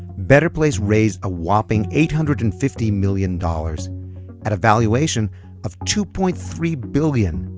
better place raised a whopping eight hundred and fifty million dollars at a valuation of two point three billion